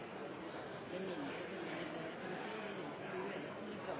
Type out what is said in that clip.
enden